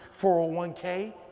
401k